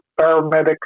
paramedics